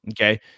Okay